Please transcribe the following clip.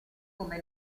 come